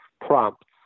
prompts